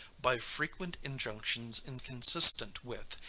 by frequent injunctions inconsistent with,